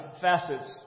facets